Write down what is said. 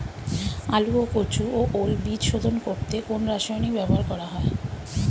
আলু ও কচু ও ওল বীজ শোধন করতে কোন রাসায়নিক ব্যবহার করা হয়?